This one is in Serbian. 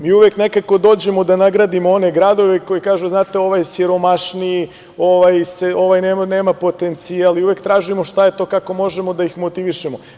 Mi uvek nekako dođemo da nagradimo one gradovi koji kažu – znate, ovaj siromašniji, ovaj nema potencijal i uvek tražimo šta je to, kako možemo da ih motivišemo.